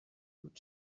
gut